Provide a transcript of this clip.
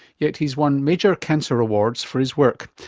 yet he's won major cancer awards for his work.